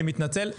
אני מתנצל,